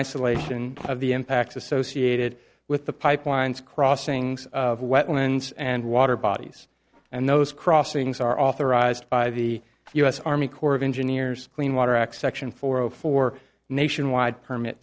isolation of the impacts associated with the pipelines crossings of wetlands and water bodies and those crossings are authorized by the us army corps of engineers clean water act section four zero four nationwide permit